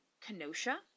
Kenosha